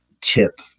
tip